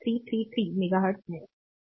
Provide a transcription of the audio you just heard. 333 megahertz मिळेल